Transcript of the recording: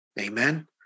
Amen